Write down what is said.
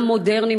עולם מודרני,